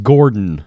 Gordon